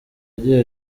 agira